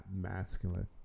masculine